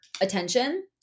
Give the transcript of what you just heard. attention